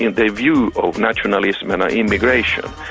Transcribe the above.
you know their view of nationalism and immigration.